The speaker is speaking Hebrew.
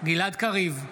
גלעד קריב,